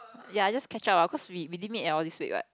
ya I just catch up ah cause we we didn't meet at all this week right